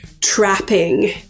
trapping